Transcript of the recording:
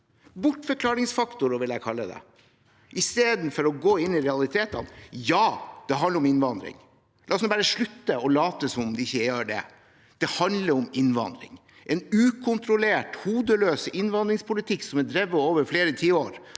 bortforklaringsfaktorer – vil jeg kalle det – istedenfor å gå inn i realitetene. Ja, det handler om innvandring. La oss slutte å late som om det ikke gjør det. Det handler om innvandring. En ukontrollert, hodeløs innvandringspolitikk som er drevet over flere tiår,